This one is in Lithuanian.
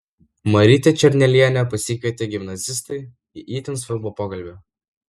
marytę černelienę pasikvietė gimnazistai į itin svarbų pokalbį